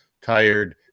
tired